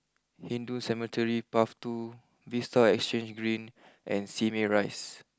Hindu Cemetery Path two Vista Exhange Green and Simei Rise